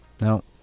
No